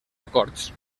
acords